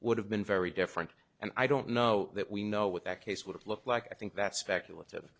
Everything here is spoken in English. would have been very different and i don't know that we know what that case would have looked like i think that's speculative